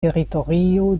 teritorio